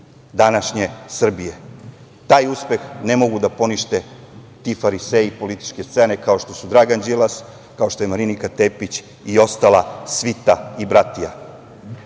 današnje Srbije. Taj uspeh ne mogu da ponište ti fariseji političke scene, kao što je Dragan Đilas, kao što je Marinika Tepić i ostala svita i bratija. Srbija